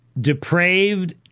depraved